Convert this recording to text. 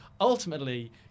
Ultimately